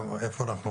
איפה אנחנו עומדים?